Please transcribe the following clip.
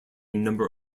number